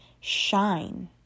shine